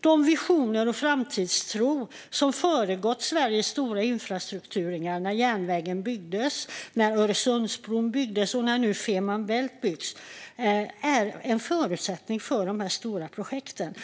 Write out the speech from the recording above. De visioner och den framtidstro som föregått Sveriges stora infrastrukturinvesteringar - när järnvägarna byggdes, när Öresundsbron byggdes och när nu Fehmarn Bält-förbindelsen byggs - är en förutsättning för de här stora projekten.